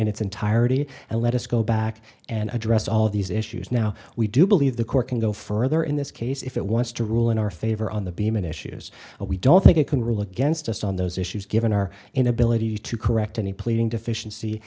in its entirety and let us go back and address all of these issues now we do believe the court can go further in this case if it wants to rule in our favor on the beeman issues but we don't think it can rule against us on those issues given our inability to correct any pleading deficiency